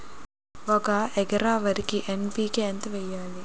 ఒక ఎకర వరికి ఎన్.పి.కే ఎంత వేయాలి?